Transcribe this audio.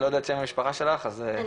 אני